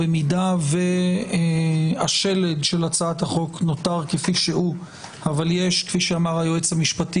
אם השלד של הצעת החוק נותר כפי שהוא אבל יש כפי שאמר היועץ המשפטי